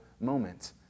moment